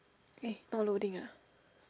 eh not loading ah